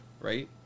Right